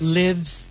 lives